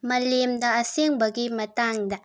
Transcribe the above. ꯃꯥꯂꯦꯝꯗ ꯑꯁꯦꯡꯕꯒꯤ ꯃꯇꯥꯡꯗ